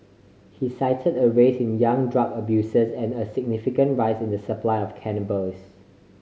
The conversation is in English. he cited a rise in young drug abusers and a significant rise in the supply of cannabis